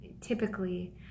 typically